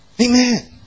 Amen